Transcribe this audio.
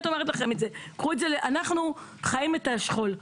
אנחנו חיים את השכול,